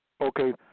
Okay